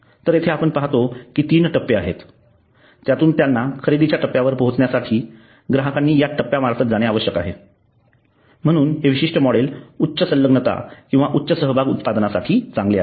तर येथे आपण पाहतो की तीन टप्पे आहेत त्यातून त्यांना खरेदीच्या टप्प्यावर पोहोचण्यासाठी ग्राहकांनी या टप्प्यामार्फत जाणे आवश्यक आहे म्हणून हे विशिष्ट मॉडेल उच्च संलग्नता किंवा उच्च सहभाग उत्पादनांसाठी चांगले आहे